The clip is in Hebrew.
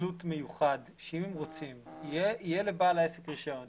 בטלות מיוחד שאם הם רוצים יהיה לבעל העסק רישיון,